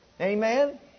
Amen